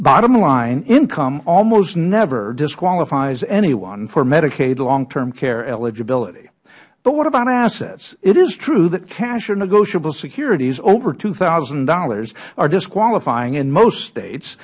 bottom line income almost never disqualifies anyone for medicaid long term care eligibility what about assets it is true that cash and negotiable securities over two thousand dollars are disqualifying in most states